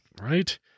Right